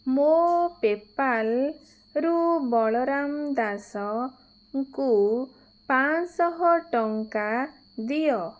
ମୋ ପେପାଲ୍ରୁ ବଳରାମ ଦାସଙ୍କୁ ପାଞ୍ଚଶହଟଙ୍କା ଦିଅ